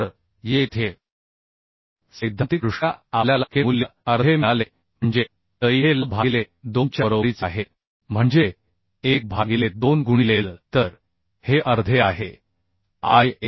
तर येथे सैद्धांतिकदृष्ट्या आपल्याला K मूल्य अर्धे मिळाले म्हणजे L e हे L भागिले 2 च्या बरोबरीचे आहे म्हणजे 1 भागिले 2 गुणिले L तर हे अर्धे आहे आय